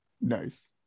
nice